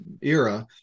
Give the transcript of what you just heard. era